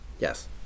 Yes